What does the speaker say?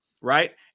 right